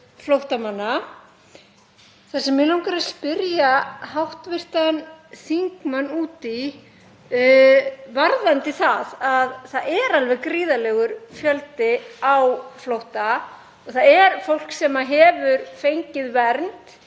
flóttamanna. Mig langar að spyrja hv. þingmann út í varðandi það að alveg gríðarlegur fjöldi er á flótta og það er fólk sem hefur fengið vernd